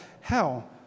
hell